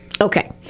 okay